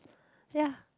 ya